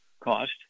cost